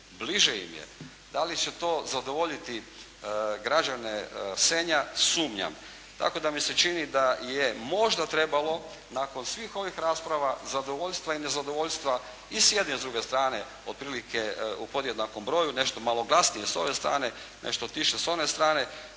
Bliže im je. Da li će to zadovoljiti građane Senja sumnjam. Tako da mi se čini da je možda trebalo nakon svih ovih rasprava zadovoljstva i nezadovoljstva i s jedne i s druge strane otprilike u podjednakom broju, nešto malo glasnije s ove strane, nešto tiše s one strane